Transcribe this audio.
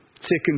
Second